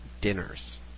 dinners